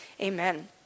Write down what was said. Amen